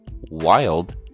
wild